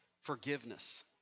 forgiveness